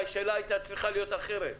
השאלה הייתה צריכה להיות אחרת.